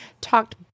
talked